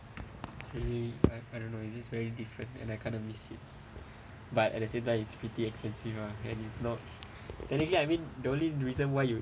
for me I I don't know is is very different and I kind of missed it but at the same time it's pretty expensive lah and it's not anything I mean the only reason why you